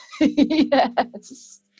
Yes